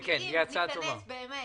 אם ניכנס באמת